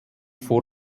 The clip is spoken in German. vor